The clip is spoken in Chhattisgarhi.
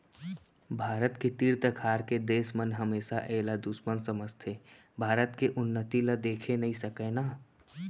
भारत के तीर तखार के देस मन हमेसा एला दुस्मन समझथें भारत के उन्नति ल देखे नइ सकय ना